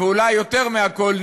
ואולי יותר מכול,